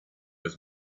his